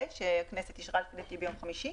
שהכנסת אישרה ביום חמישי